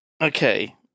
Okay